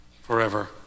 forever